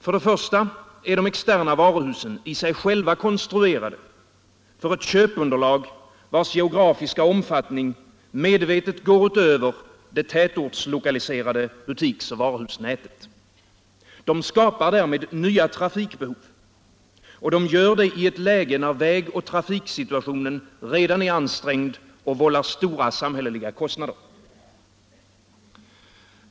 För det första är de externa varuhusen i sig själva konstruerade för ett köpunderlag, vars geografiska omfattning medvetet går utöver det tätortslokaliserade butiksoch varuhusnätet. De skapar därmed nya trafikbehov, och de gör detta i ett läge när vägoch trafiksituationen redan är ansträngd och vållar stora samhälleliga kostnader.